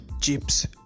chips